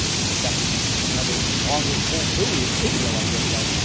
i guess that could be for another longer full video video i guess guys.